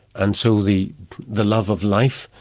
and so the the love of life,